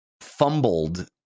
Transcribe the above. fumbled